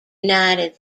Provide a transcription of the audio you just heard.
united